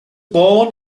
born